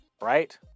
right